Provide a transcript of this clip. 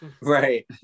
Right